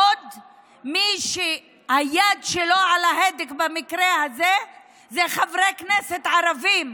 מי שהיד שלו על ההדק במקרה הזה אלה חברי כנסת ערבים,